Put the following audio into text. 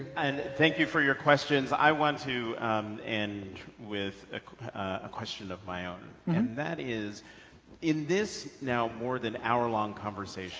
and thank you for your questions. i want to end with a question of my own and that is in this now more than hour-long conversation